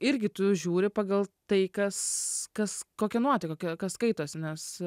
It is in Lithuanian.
irgi tu žiūri pagal tai kas kas kokia nuotaika kas skaitosi nes